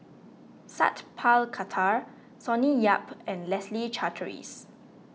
Sat Pal Khattar Sonny Yap and Leslie Charteris